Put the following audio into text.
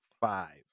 five